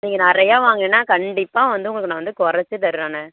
நீங்கள் நிறையா வாங்கினீங்கன்னா கண்டிப்பாக வந்து உங்களுக்கு நான் வந்து கொறச்சு தர்றேண்ண